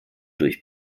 durch